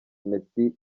messi